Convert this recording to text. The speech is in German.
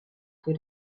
für